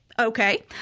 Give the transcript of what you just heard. okay